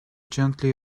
gently